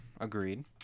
Agreed